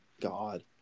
god